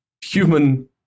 human